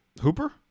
Hooper